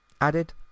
added